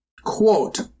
quote